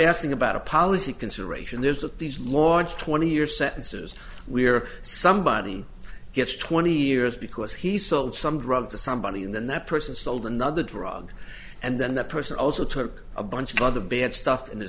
asking about a policy consideration there's a these large twenty year sentences we're somebody gets twenty years because he sold some drugs to somebody and then that person sold another drug and then that person also took a bunch of other bad stuff in the